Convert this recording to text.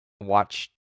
watch